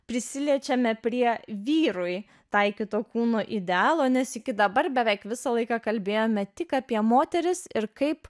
prisiliečiame prie vyrui taikyto kūno idealo nes iki dabar beveik visą laiką kalbėjome tik apie moteris ir kaip